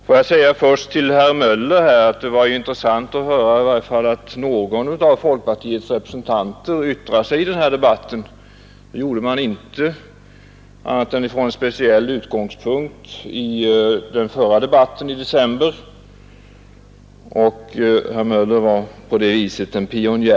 Till herr Möller i Göteborg vill jag först säga att det var intressant att höra att i varje fall någon av folkpartiets representanter yttrar sig i debatten. Det gjorde man inte annat än från en speciell utgångspunkt i den förra debatten den 14 december. Herr Möller var på det viset en pionjär.